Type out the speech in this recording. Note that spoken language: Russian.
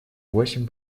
восемь